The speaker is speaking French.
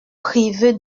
priver